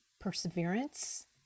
perseverance